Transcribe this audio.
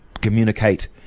communicate